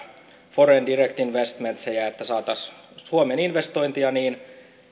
foreign direct investmentejä että saataisiin suomeen investointeja niin